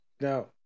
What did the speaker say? no